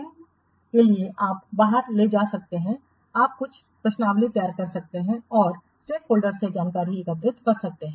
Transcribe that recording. इन के लिए आप बाहर ले जा सकते हैं आप कुछ प्रश्नावली तैयार कर सकते हैं और हितधारकों से जानकारी एकत्र कर सकते हैं